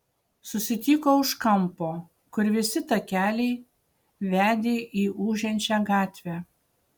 susitiko už kampo kur visi takeliai vedė į ūžiančią gatvę